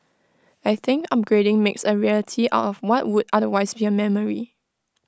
I think upgrading makes A reality out of what would otherwise be A memory